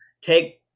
take